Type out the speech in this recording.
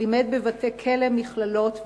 לימד בבתי-כלא ובמכללות,